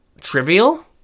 trivial